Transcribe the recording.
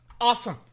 awesome